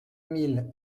mille